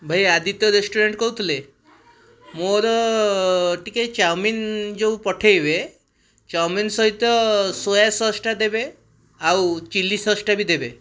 ଭାଇ ଆଦିତ୍ୟ ରେଷ୍ଟୁରାଣ୍ଟ କହୁଥିଲେ ମୋର ଟିକିଏ ଚାଓମିନ୍ ଯେଉଁ ପଠେଇବେ ଚାଓମିନ୍ ସହିତ ସୋୟା ସସ୍ଟା ଦେବେ ଆଉ ଚିଲି ସସ୍ଟା ବି ଦେବେ